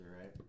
right